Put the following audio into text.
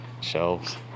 shelves